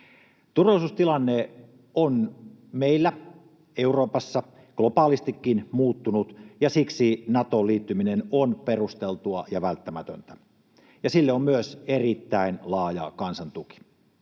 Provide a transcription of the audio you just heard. Turvallisuustilanne on meillä Euroopassa, globaalistikin muuttunut, ja siksi Natoon liittyminen on perusteltua ja välttämätöntä, ja sille on myös erittäin laaja kansan tuki.